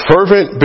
Fervent